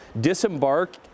disembark